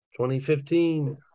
2015